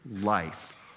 life